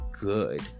good